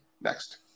Next